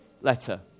letter